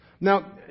Now